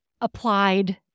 applied